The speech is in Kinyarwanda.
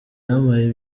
yampaye